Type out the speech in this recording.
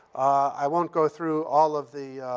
i won't go through all of the